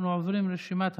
אנחנו עוברים לרשימת הדוברים.